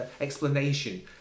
explanation